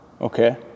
Okay